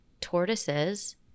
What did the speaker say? tortoises